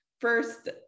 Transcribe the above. First